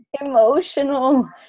Emotional